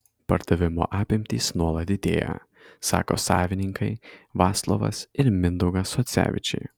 pardavimo apimtys nuolat didėja sako savininkai vaclovas ir mindaugas socevičiai